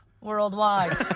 worldwide